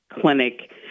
clinic